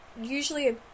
usually